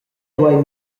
duein